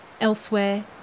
Elsewhere